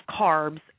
carbs